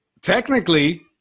Technically